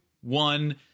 one